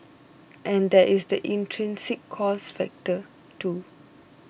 and there is the intrinsic cost factor too